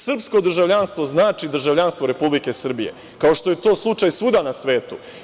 Srpsko državljanstvo znači državljanstvo Republike Srbije, kao što je to slučaj svuda na svetu.